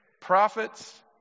prophets